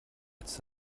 jetzt